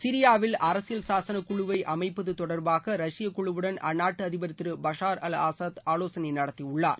சிரியாவில் அரசியல் சாசனக்குழுவை அமைப்பது தொடர்பாக ரஷ்ய குழுவுடன் அந்நாட்டு அதிபர் திரு பஷார் அல் ஆசாத் ஆலோசனை நடத்தியுள்ளார்